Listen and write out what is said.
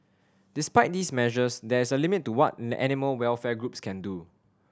despite these measures there is a limit to what animal welfare groups can do